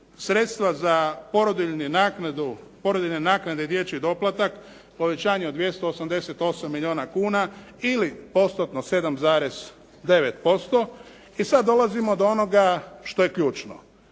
sredstva za porodiljne naknade i dječji doplatak povećanje od 288 milijuna kuna ili postotno 7,9%. I sada dolazimo do onoga što je ključno